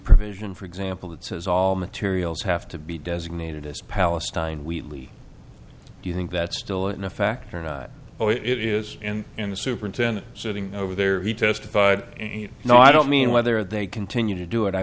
provision for example that says all materials have to be designated as palestine wheatley do you think that's still in a fact or not oh it is and in the superintendent sitting over there he testified and you know i don't mean whether they continue to do it i